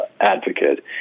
advocate